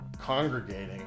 congregating